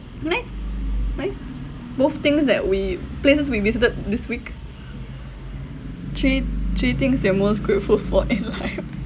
next next both things that we places we visited this week three three things you're most grateful for in life